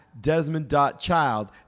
Desmond.child